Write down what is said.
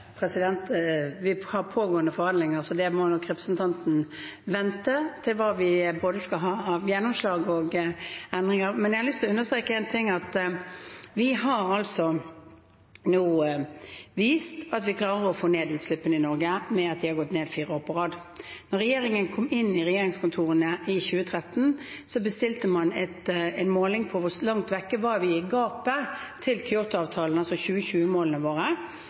Vi har pågående forhandlinger, så det må nok representanten vente på, med hensyn til hva vi skal ha av både gjennomslag og endringer. Men jeg har lyst til å understreke én ting: Vi har nå vist at vi klarer å få ned utslippene i Norge ved at de har gått ned fire år på rad. Da regjeringen kom inn i regjeringskontorene i 2013, bestilte man en måling på hvor langt unna vi var gapet til Kyotoavtalen, altså 2020-målene våre.